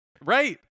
Right